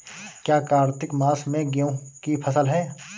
क्या कार्तिक मास में गेहु की फ़सल है?